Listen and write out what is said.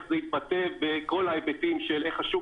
איך זה יתבטא בכל ההיבטים של איך השוק